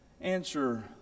answer